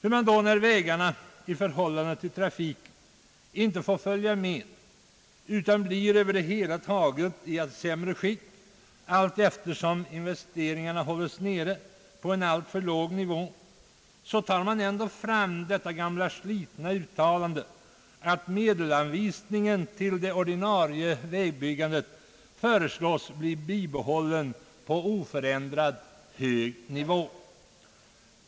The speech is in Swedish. Trots att vägarna inte får följa med trafikutvecklingen utan på det hela taget blir i allt sämre skick allteftersom investeringarna hålls nere på en alltför låg nivå, tar man fram detta gamla slitna uttalande att medelsanvisningen till det ordinarie vägbyggandet föreslås bibehållet på »oförändrat hög nivå».